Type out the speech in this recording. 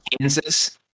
Kansas